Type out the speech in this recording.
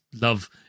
love